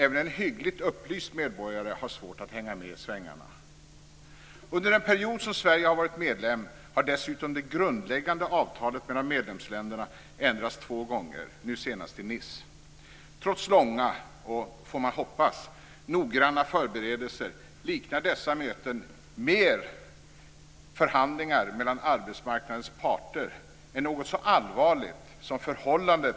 Även en hyggligt upplyst medborgare har svårt att hänga med i svängarna. Under den period som Sverige har varit medlem har dessutom det grundläggande avtalet mellan medlemsländerna ändrats två gånger, nu senast i Nice. Trots långa och, får man hoppas, noggranna förberedelser liknar dessa möten mer förhandlingar mellan arbetsmarknadens parter än något så allvarligt som förhandlingar som rör förhållandet